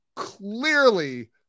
clearly